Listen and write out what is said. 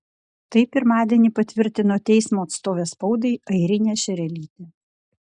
tai pirmadienį patvirtino teismo atstovė spaudai airinė šerelytė